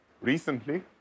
Recently